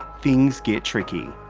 things get tricky.